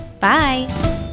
Bye